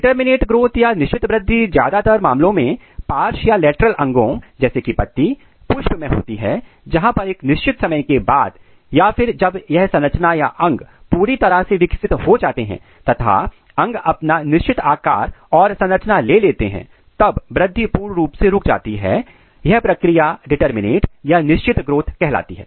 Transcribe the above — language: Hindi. डिटरमिनेट ग्रोथ या निश्चित वृद्धि ज्यादातर मामलों में पार्श्व या लेटरल अंगों जैसे की पत्ती पुष्प मैं होती है जहां पर एक निश्चित समय के बाद या फिर जब यह संरचना या अंग पूरी तरह से विकसित हो जाते हैं तथा अंग अपना निश्चित आकार और संरचना ले लेते हैं तब वृद्धि पूर्ण रूप से रुक जाती है और यह प्रक्रिया डिटरमिनेट या निश्चित ग्रोथ कहलाती है